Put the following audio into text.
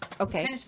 okay